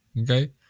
Okay